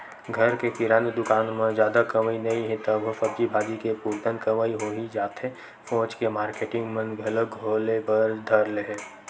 घर के किराना दुकान म जादा कमई नइ हे तभो सब्जी भाजी के पुरतन कमई होही जाथे सोच के मारकेटिंग मन घलोक खोले बर धर ले हे